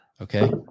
Okay